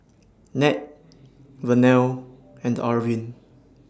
Nat Vernell and Arvin